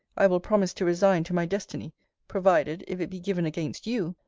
i will promise to resign to my destiny provided, if it be given against you,